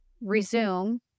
resume